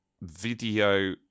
video